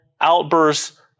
outbursts